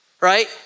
Right